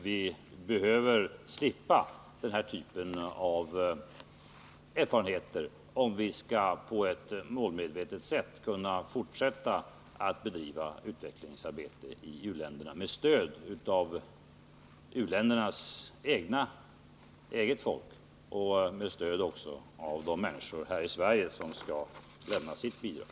Vi måste undvika den typen av erfarenheter, om vi skall kunna på ett målmedvetet sätt fortsätta att bedriva utvecklingsarbetet i u-länderna med stöd av u-ländernas eget folk och också med stöd av de människor som här i Sverige skall lämna sitt bidrag.